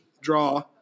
draw